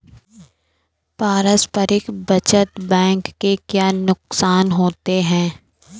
पारस्परिक बचत बैंक के क्या नुकसान होते हैं?